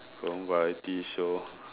Korean variety shows